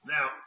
Now